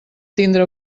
tindre